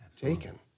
taken